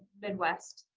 midwest,